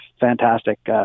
fantastic